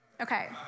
Okay